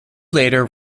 later